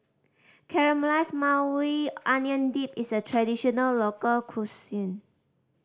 Caramelized Maui Onion Dip is a traditional local cuisine